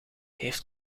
heeft